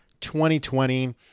2020